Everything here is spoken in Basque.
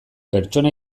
pertsona